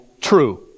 true